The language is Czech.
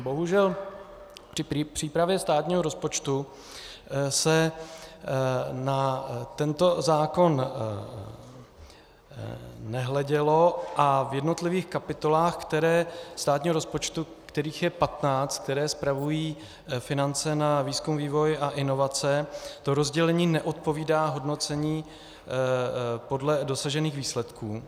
Bohužel při přípravě státního rozpočtu se na tento zákon nehledělo a v jednotlivých kapitolách státního rozpočtu, kterých je patnáct, které spravují finance na výzkum, vývoj a inovace, to rozdělení neodpovídá hodnocení podle dosažených výsledků.